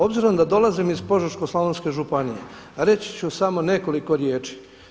Obzirom da dolazim iz Požeško-slavonske županije reći ću samo nekoliko riječi.